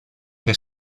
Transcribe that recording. que